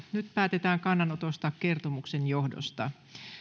nyt päätetään kannanotosta kertomusten johdosta